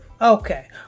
Okay